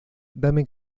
dame